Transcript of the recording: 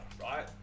right